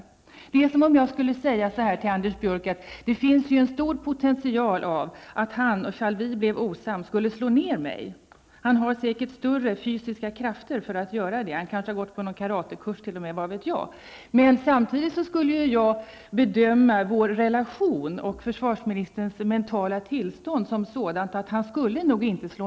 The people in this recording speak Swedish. Det är precis samma sak som om jag skulle säga till Anders Björck att det finns en stor potential för att han, om vi blev osams, skulle slå ner mig. Han har säkert de fysiska krafter som krävs för att kunna göra det -- vad vet jag, han kanske t.o.m. har gått på någon karatekurs. Samtidigt bedömer jag vår relation och försvarsministerns mentala tillstånd som att han nog inte skulle slå ner mig.